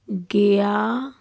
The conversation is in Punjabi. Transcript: ਗਿਆ